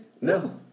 No